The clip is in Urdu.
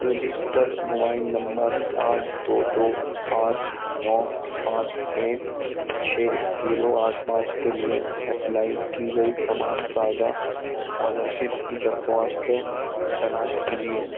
رجسٹر موبائل نمبر آٹھ دو دو پانچ نو سات ایک چھ زیرو آٹھ پانچ کے لیے اپلائی کی گئی تمام تازہ اسکالر شپ کی درخواستیں تلاش کیجیے